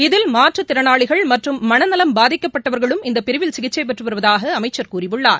இதில் மாற்றுத்திறனாளிகள் மற்றும் மனநலன் பாதிக்கப்பட்டவர்களும் இந்த பிரிவில் சிகிச்சை பெற்று வருவதாக அமைச்சர் கூறியுள்ளார்